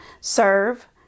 serve